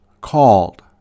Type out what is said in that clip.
called